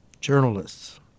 journalists